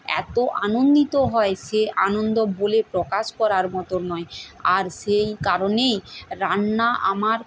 এতো আনন্দিত হয় সে আনন্দ বলে প্রকাশ করার মতো নয় আর সেই কারণেই রান্না আমার